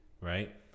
right